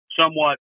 somewhat